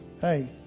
hey